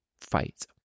fight